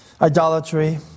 idolatry